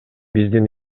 биздин